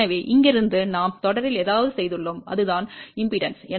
எனவே இங்கிருந்து நாம் தொடரில் ஏதாவது சேர்த்துள்ளோம் அதுதான் மின்மறுப்பு